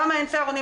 מה ההתייחסות שלך?